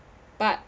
but